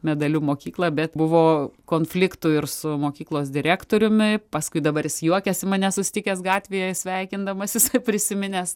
medaliu mokyklą bet buvo konfliktų ir su mokyklos direktoriumi paskui dabar jis juokiasi mane susitikęs gatvėje sveikindamasis prisiminęs